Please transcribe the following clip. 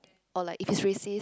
or like if he's racist